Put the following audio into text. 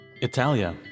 Italia